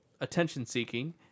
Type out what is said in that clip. attention-seeking